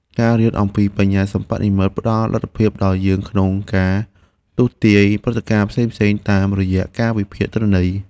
ការរៀនអំពីបញ្ញាសិប្បនិម្មិតផ្តល់លទ្ធភាពដល់យើងក្នុងការទស្សន៍ទាយព្រឹត្តិការណ៍ផ្សេងៗតាមរយៈការវិភាគទិន្នន័យ។